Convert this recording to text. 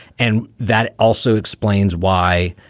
and that also explains why